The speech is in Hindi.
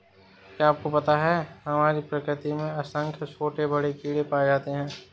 क्या आपको पता है हमारी प्रकृति में असंख्य छोटे बड़े कीड़े पाए जाते हैं?